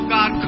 God